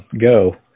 Go